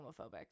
homophobic